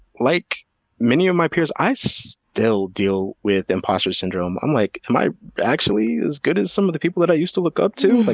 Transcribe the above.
like many of my peers i still deal with imposter syndrome. i'm like, am i actually as good as some of the people that i used to look up to? but